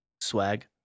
Swag